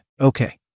Okay